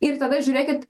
ir tada žiūrėkit